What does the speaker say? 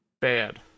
Bad